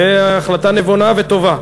זה החלטה נבונה וטובה.